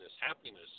happiness